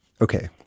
Okay